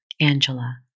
Angela